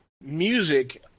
music